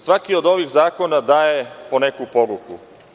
Svaki od ovih zakona daje po neku poruku.